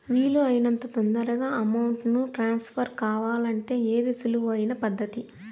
వీలు అయినంత తొందరగా అమౌంట్ ను ట్రాన్స్ఫర్ కావాలంటే ఏది సులువు అయిన పద్దతి